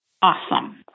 Awesome